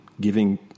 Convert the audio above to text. giving